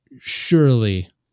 surely